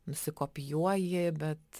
nusikopijuoji bet